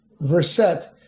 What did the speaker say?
verset